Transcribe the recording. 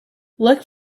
look